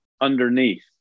underneath